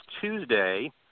Tuesday